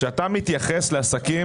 כשאתה מתייחס לעסקים